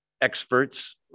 experts